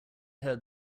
heard